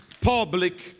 public